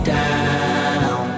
down